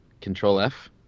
Control-F